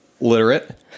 Literate